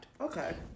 okay